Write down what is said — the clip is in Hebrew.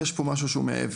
יש פה משהו שהוא מעבר,